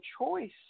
choice